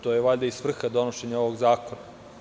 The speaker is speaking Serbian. To je valjda i svrha donošenja ovog zakona.